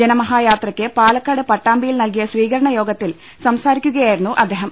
ജനമഹായാത്രക്ക് പാലക്കാട് പട്ടാമ്പിയിൽ നൽകിയ സ്വീകരണ യോഗത്തിൽ സംസാരിക്കുകയായിരുന്നു അദ്ദേഹം